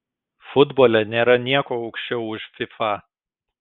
futbole nėra nieko aukščiau už fifa